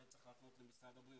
זה צריך להפנות למשרד הבריאות.